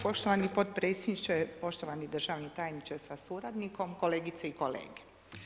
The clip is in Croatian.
Poštovani potpredsjedniče, poštovani državni tajniče sa suradnikom, kolegice i kolege.